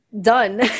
done